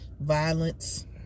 violence